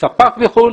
הספק מחוץ לארץ,